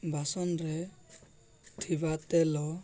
ବାସନରେ ଥିବା ତେଲ